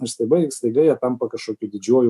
ir staiga jie staiga jie tampa kažkokiu didžiuoju